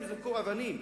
הם יזרקו אבנים.